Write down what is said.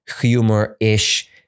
humor-ish